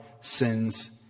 sins